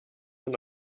nun